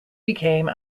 became